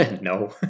No